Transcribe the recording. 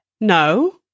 No